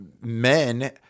men